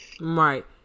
Right